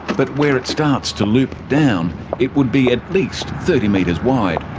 but where it starts to loop down it would be at least thirty metres wide.